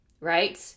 right